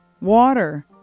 Water